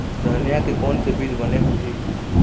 धनिया के कोन से बीज बने होही?